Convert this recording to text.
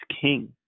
king